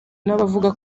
n’abavuga